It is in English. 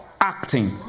acting